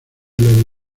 les